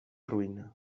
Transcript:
ruïna